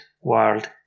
world